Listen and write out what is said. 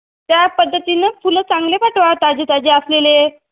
त्या पद्धतीनं फुलं चांगले पाठवा ताजे ताजे असलेले